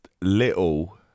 little